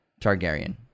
targaryen